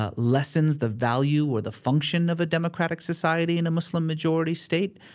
ah lessens the value or the function of a democratic society in a muslim majority state.